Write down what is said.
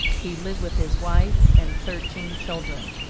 he lived with his wife and thirteen children.